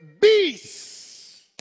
beast